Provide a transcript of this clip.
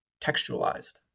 textualized